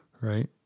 Right